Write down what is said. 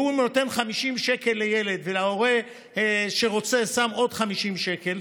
והוא נותן 50 שקל לילד והורה שרוצה שם עוד 50 שקל,